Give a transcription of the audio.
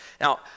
Now